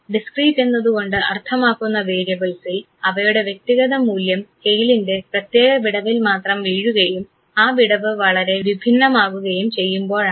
discrete എന്നതുകൊണ്ട് അർത്ഥമാക്കുന്ന വേരിയബിൾസിൽ അവയുടെ വ്യക്തിഗത മൂല്യം സ്കെയിലിൻറെ പ്രത്യേക വിടവിൽ മാത്രം വീഴുകയും ആ വിടവ് വളരെ വിഭിന്നവുമാകുകയും ചെയ്യുമ്പോഴാണ്